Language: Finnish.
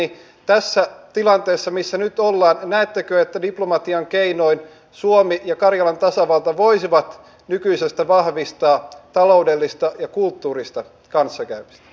näettekö tässä tilanteessa missä nyt ollaan että diplomatian keinoin suomi ja karjalan tasavalta voisivat nykyisestä vahvistaa taloudellista ja kulttuurista kanssakäymistä